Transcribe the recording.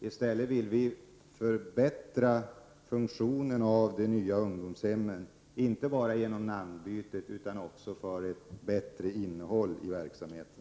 I stället vill vi förbättra de nya ungdomshemmens funktion, inte bara genom namnbytet, utan också genom att ge dem ett bättre innehåll i verksamheten.